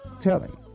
telling